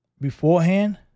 beforehand